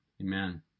Amen